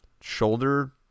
shoulder